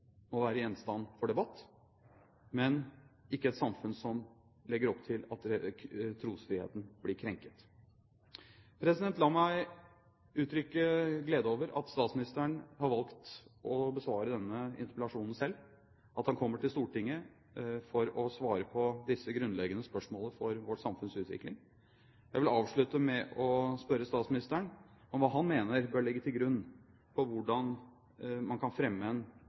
må være gjenstand for debatt, men ikke et samfunn som legger opp til at trosfriheten blir krenket. La meg uttrykke glede over at statsministeren har valgt å besvare denne interpellasjonen selv, at han kommer til Stortinget for å svare på disse grunnleggende spørsmålene for vårt samfunns utvikling. Jeg vil avslutte med å spørre statsministeren om hva han mener bør ligge til grunn for hvordan man kan fremme en